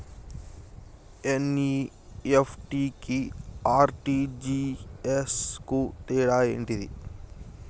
NEFT కి RTGS కు తేడా ఏంటిది?